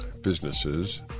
businesses